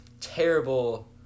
terrible